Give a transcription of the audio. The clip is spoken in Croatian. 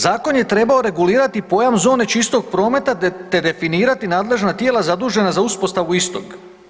Zakon je trebao regulirati pojam zone čistog prometa, te definirati nadležna tijela zadužena za uspostavu istog.